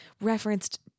referenced